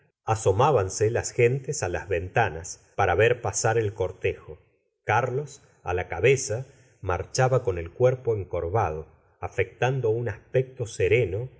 asomábanse las gentes á las ventanas para ver pasar al cortejo carlos á la cabeza marehaba con el cu'rpo encorvado afectando un aspecto sereno